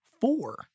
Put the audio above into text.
four